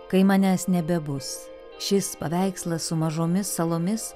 kai manęs nebebus šis paveikslas su mažomis salomis